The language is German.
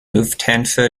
lufthansa